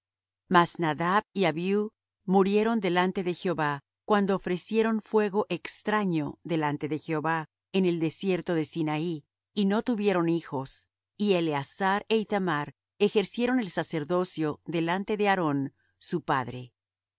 mas nadab y abiú murieron delante de jehová cuando ofrecieron fuego extraño delante de jehová en el desierto de sinaí y no tuvieron hijos y eleazar é ithamar ejercieron el sacerdocio delante de aarón su padre y